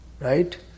right